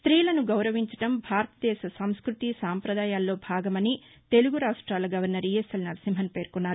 స్తోలను గౌరవించడం భారతదేశ సంస్థుతి సంప్రదాయాల్లో భాగమని తెలుగురాష్ట్రాల గవర్నర్ ఈఎస్ఎల్ నరసింహన్ పేర్కొన్నారు